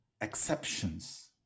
exceptions